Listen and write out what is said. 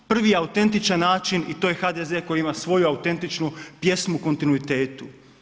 Prvi je autentičan način i to je HDZ koji ima svoju autentičnu pjesmu u kontinuitetu.